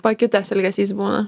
pakitęs elgesys būna